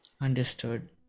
understood